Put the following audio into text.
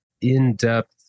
in-depth